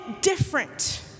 different